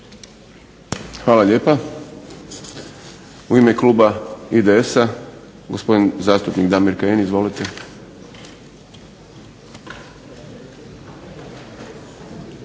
Boris (SDP)** U ime kluba IDS-a gospodin zastupnik Damir Kajin. Izvolite.